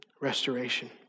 restoration